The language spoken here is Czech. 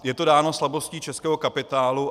Je to dáno slabostí českého kapitálu.